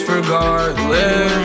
Regardless